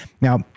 Now